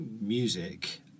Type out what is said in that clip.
music